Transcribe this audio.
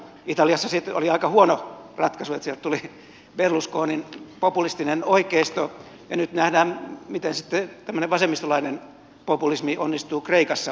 italiassa sitten oli aika huono ratkaisu että sieltä tuli berlusconin populistinen oikeisto ja nyt nähdään miten sitten tämmöinen vasemmistolainen populismi onnistuu kreikassa